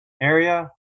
area